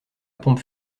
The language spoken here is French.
pompe